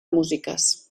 músiques